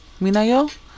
Minayo